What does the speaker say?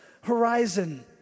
horizon